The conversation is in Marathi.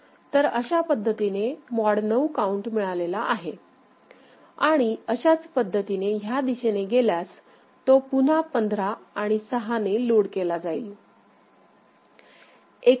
तर अशा पद्धतीने मॉड 9 काउंट मिळालेला आहे आणि अशाच पद्धतीने ह्या दिशेने गेल्यास तो पुन्हा 15 आणि 6 ने लोड केला जाईल